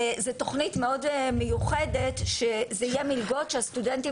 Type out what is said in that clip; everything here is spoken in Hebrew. זה תוכנית מאוד מיוחדת שזה יהיה מלגות שהסטודנטים